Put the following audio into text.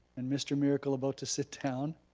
and mr. miracle about to sit down,